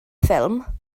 ffilm